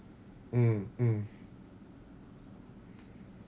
mm mm